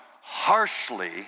harshly